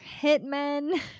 hitmen